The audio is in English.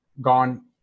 gone